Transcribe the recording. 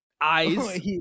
Eyes